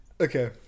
Okay